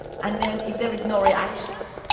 and then if there is no reaction,